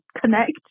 connect